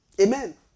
Amen